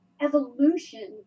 evolution